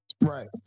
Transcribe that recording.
right